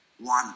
One